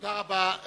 תודה רבה.